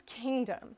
kingdom